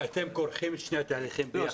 ואתם כורכים את שני התהליכים ביחד.